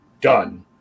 done